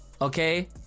Okay